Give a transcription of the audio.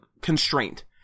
constraint